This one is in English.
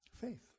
Faith